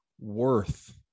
worth